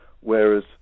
whereas